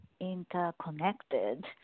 interconnected